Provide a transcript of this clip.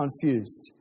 confused